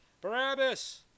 Barabbas